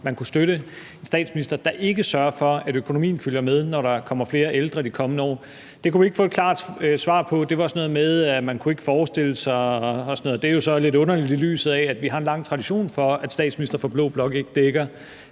om man kunne støtte en statsminister, der ikke sørger for, at økonomien følger med, når der kommer flere ældre de kommende år. Det kunne vi ikke få et klart svar på. Det var sådan noget med, at man ikke kunne forestille sig det og sådan noget. Det er jo så lidt underligt, set i lyset af at vi har en lang tradition for, at statsministre fra blå blok ikke dækker